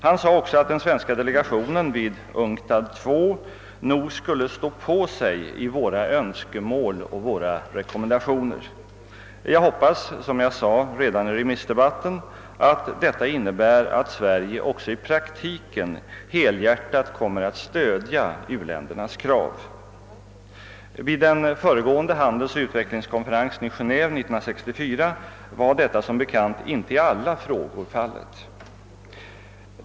Han framhöll också att den svenska delegationen vid UNCTAD II nog skulle stå på sig i våra önskemål och rekommendationer. Jag hoppas, som jag sade i remissdebatten, att detta innebär att Sverige också i praktiken helhjärtat kommer att stödja u-ländernas krav. Vid den föregående handelsoch utvecklingskonferensen i Geneve 1964 var detta som bekant inte i alla frågor fallet.